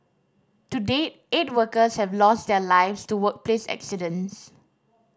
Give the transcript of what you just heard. to date eight workers have lost their lives to workplace accidents